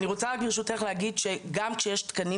אני רוצה רק ברשותך להגיד שגם כשיש תקנים